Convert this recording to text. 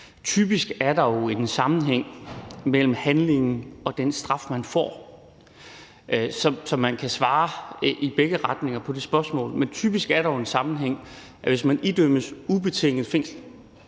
Typisk er der jo en sammenhæng mellem handlingen og den straf, man får, så man kan svare i begge retninger på det spørgsmål, men typisk er der en sammenhæng. Hvis man idømmes ubetinget fængsel,